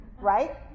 right